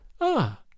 Ah